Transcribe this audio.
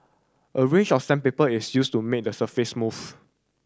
a range of sandpaper is used to make the surface smooth